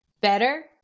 better